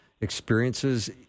experiences